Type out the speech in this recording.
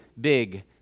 big